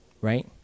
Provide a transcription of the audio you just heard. right